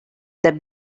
their